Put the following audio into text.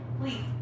Please